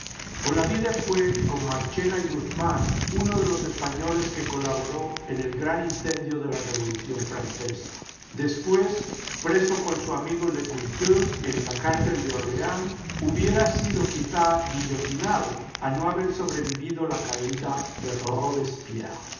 lecoulteux dumolay olavide fué con marchena y guznián uno de los españoles que colaboró en el gran incendio de la revolución francesa después preso con su amigo lecoulteux en la cárcel die orleáns hubiera sido quizá guillotinado a no haber sobrevenido la caída de robespierre